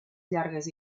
llargues